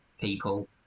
people